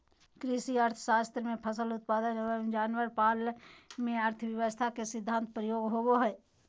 कृषि अर्थशास्त्र में फसल उत्पादन एवं जानवर पालन में अर्थशास्त्र के सिद्धान्त प्रयोग होबो हइ